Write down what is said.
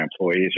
employees